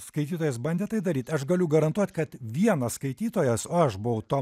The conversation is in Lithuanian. skaitytojas bandė tai daryt aš galiu garantuot kad vienas skaitytojas o aš buvau tomo